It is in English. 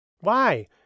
Why